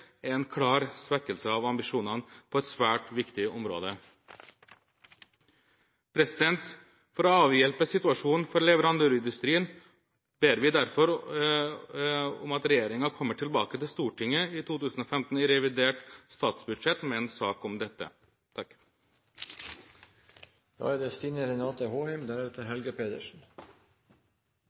er en klar svekkelse av ambisjonene på et svært viktig område. For å avhjelpe situasjonen for leverandørindustrien ber vi derfor om at regjeringen kommer tilbake til Stortinget i 2015, i reviderte statsbudsjett, med en sak om dette.